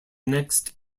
next